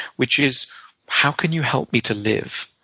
which is how can you help me to live?